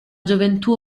gioventù